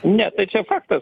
ne tai čia faktas